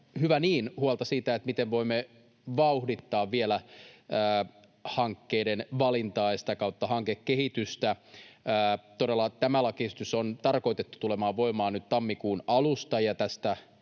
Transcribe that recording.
hyvä niin — huolta siitä, miten voimme vielä vauhdittaa hankkeiden valintaa ja sitä kautta hankekehitystä. Todella tämä lakiesitys on tarkoitettu tulemaan voimaan nyt tammikuun alusta,